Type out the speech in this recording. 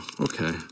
Okay